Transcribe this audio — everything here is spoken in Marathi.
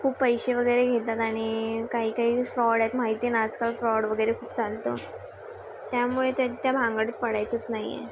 खूप पैसे वगैरे घेतात आणि काही काही फ्रॉड आहेत माहिती ना आजकाल फ्रॉड वगैरे खूप चालतं त्यामुळे त्या भानगडीत पडायचंच नाही आहे